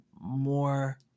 more